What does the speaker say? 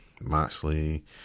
Moxley